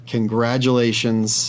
Congratulations